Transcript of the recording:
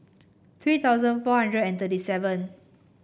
three thousand four hundred and thirty seven